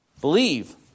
Believe